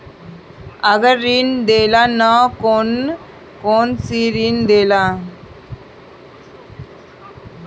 अगर ऋण देला त कौन कौन से ऋण देला?